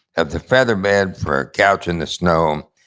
of the feather bed for a couch in the snow,